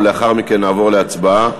ולאחר מכן נעבור להצבעה.